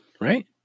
right